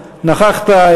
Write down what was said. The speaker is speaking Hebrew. נכחת,